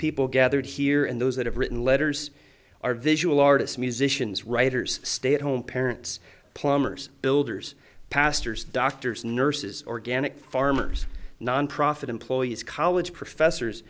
people gathered here and those that have written letters are visual artists musicians writers stay at home parents plumbers builders pastors doctors nurses organic farmers nonprofit employees college professors